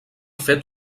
fet